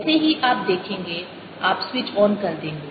जैसे ही आप देखेंगे आप स्विच ऑन कर देंगे